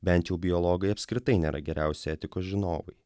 bent jau biologai apskritai nėra geriausi etikos žinovai